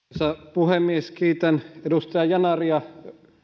puhemies kiitän edustaja yanaria